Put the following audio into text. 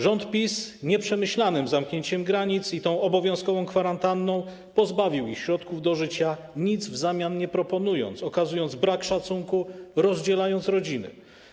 Rząd PiS nieprzemyślanym zamknięciem granic i tą obowiązkową kwarantanną pozbawił ich środków do życia, nic w zamian nie proponując, okazując brak szacunku, rozdzielając rodziny.